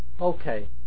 okay